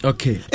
Okay